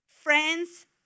friends